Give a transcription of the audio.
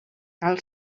cal